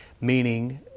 meaning